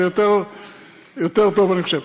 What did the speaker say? זה יותר טוב, אני חושב.